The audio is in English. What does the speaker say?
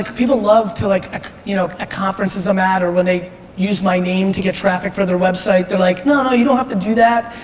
like people love to at like you know conferences i'm at or when a use my name to get traffic for their website. they're like no you don't have to do that.